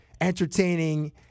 entertaining